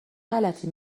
غلطی